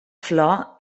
flor